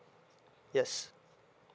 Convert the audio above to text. yes